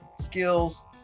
skills